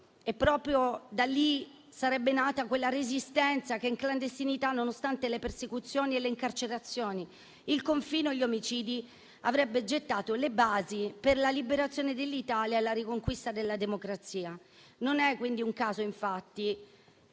Matteotti che sarebbe nata quella Resistenza che in clandestinità, nonostante le persecuzioni e le incarcerazioni, il confino e gli omicidi, avrebbe gettato le basi per la liberazione dell'Italia e la riconquista della democrazia. Non è quindi un caso che